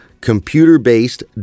Computer-based